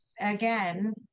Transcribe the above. again